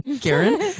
Karen